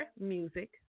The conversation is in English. music